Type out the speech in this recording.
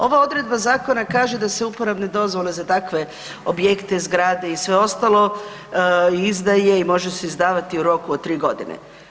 Ova odredba zakona kaže da se uporabne dozvole za takve objekte i zgrade i sve ostalo izdaje i može se izdavati u roku od tri godine.